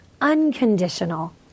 unconditional